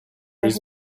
his